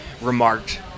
remarked